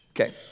Okay